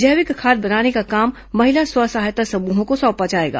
जैविक खाद बनाने का काम महिला स्व सहायता समूहों को सौंपा जाएगा